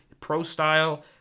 pro-style